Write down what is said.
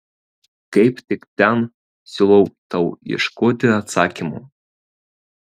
kaip tik ten siūlau tau ieškoti atsakymo